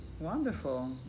wonderful